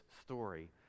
story